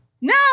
No